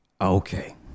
okay